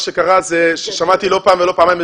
שקרה זה ששמעתי לא פעם ולא פעמיים,